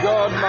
God